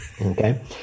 Okay